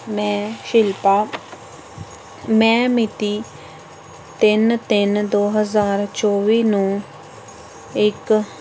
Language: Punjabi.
ਮੈਂ ਸ਼ਿਲਪਾ ਮੈਂ ਮਿਤੀ ਤਿੰਨ ਤਿੰਨ ਦੋ ਹਜ਼ਾਰ ਚੌਵੀ ਨੂੰ ਇੱਕ